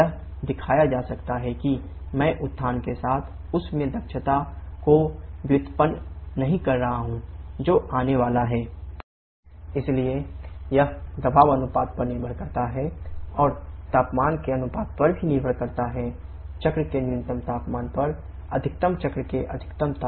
यह दिखाया जा सकता है कि मैं उत्थान के साथ उष्मीय दक्षता को व्युत्पन्न नहीं कर रहा हूं जो आने वाला है th with regen 1 T1T3rPk 1k इसलिए यह दबाव अनुपात पर निर्भर करता है और तापमान के अनुपात पर भी निर्भर करता है चक्र के न्यूनतम तापमान पर अधिकतम चक्र के अधिकतम तापमान पर